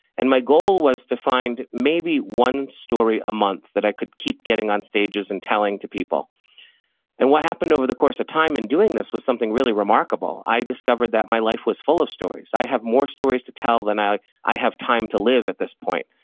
and my goal was to find maybe one story a month that i could keep getting on stages and telling to people and what happened over the course of time in doing this was something really remarkable. i discovered that my life was full of stories. i have more stories to tell than i i have time to live at this point,